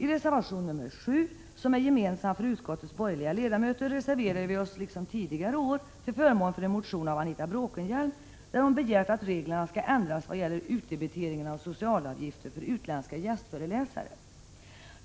I reservation nr 7, som är gemensam för utskottets borgerliga ledamöter, reserverar vi oss — liksom tidigare år — till förmån för en motion av Anita Bråkenhielm, där hon begär att reglerna skall ändras vad gäller utdebiteringen av socialavgifter för utländska gästföreläsare.